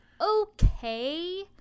okay